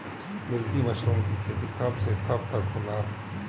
Milky mushroom के खेती कब से कब तक होला?